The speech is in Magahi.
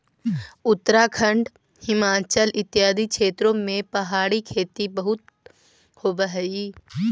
उत्तराखंड, हिमाचल इत्यादि क्षेत्रों में पहाड़ी खेती बहुत होवअ हई